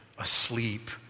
asleep